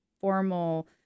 formal